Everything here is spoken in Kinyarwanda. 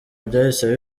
byahise